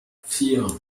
vier